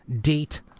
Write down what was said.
date